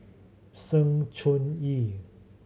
Sng Choon Yee